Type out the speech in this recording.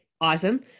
awesome